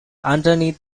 underneath